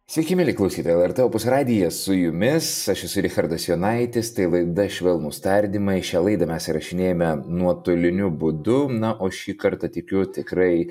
sveiki mieli klausytojai lrt opus radijas su jumis aš esu richardas jonaitis tai laida švelnūs tardymai šią laidą mes įrašinėjame nuotoliniu būdu na o šį kartą tikiu tikrai